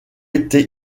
été